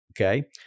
okay